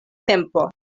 tempo